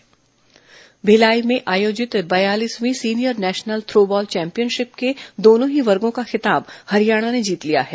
throw ball Bhilai में आयोजित बयालीसवीं senior national throw ball championship के दोनों ही वर्गो का खिताब हरियाणा ने जीत लिया है